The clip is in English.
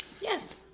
Yes